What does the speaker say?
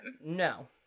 No